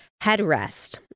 headrest